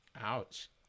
Ouch